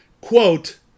quote